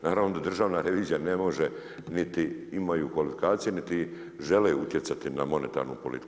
Naravno da Državna revizija ne može niti imaju kvalifikacije niti žele utjecati na monetarnu politiku.